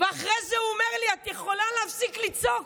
ואחרי זה הוא אומר לי: את יכול להפסיק לצעוק,